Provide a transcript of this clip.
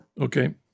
Okay